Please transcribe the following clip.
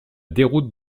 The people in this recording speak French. déroute